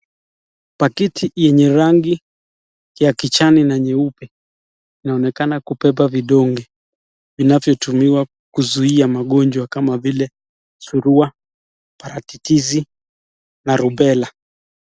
Pakiti yenye rangi ya kijani na nyeupe inaonekana kubeba vidonge vinavyotumiwa kuzuia magonjwa kama vile surua, parachichizi na rubela.